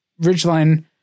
Ridgeline